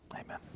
Amen